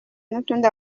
n’utundi